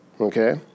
Okay